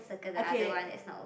okay